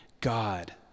God